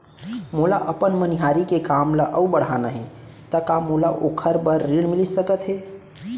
मोला अपन मनिहारी के काम ला अऊ बढ़ाना हे त का मोला ओखर बर ऋण मिलिस सकत हे?